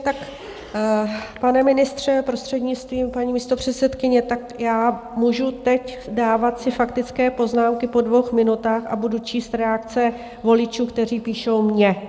Tak pane ministře, prostřednictvím paní místopředsedkyně, tak já můžu teď dávat si faktické poznámky po dvou minutách a budu číst reakce voličů, kteří píšou mně.